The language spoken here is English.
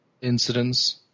incidents